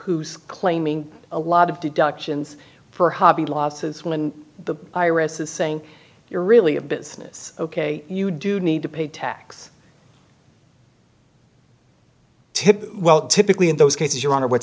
who's claiming a lot of deductions for hobby losses when the i r s is saying you're really a business ok you do need to pay tax tip well typically in those cases your honor what's